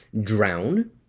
drown